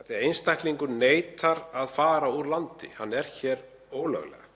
þegar einstaklingur neitar að fara úr landi, hann er hér ólöglega,